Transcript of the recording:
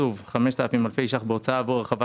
תקצוב 5,000 אלפי ₪ בהוצאה עבור הרחבת